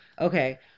Okay